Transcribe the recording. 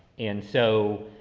and so,